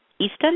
Eastern